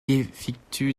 effectue